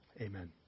Amen